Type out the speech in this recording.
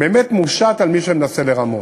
הוא באמת מושת על מי שמנסה לרמות.